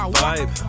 vibe